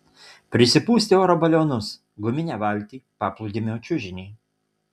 prisipūsti oro balionus guminę valtį paplūdimio čiužinį